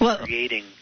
creating